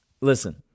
Listen